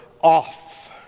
off